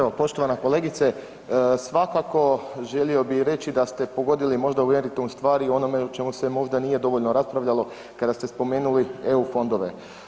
Evo, poštovana kolegice svakako želio bih reći da ste pogodili možda u meritum stvari o onome o čemu se možda nije dovoljno raspravljalo kada ste spomenuli EU fondove.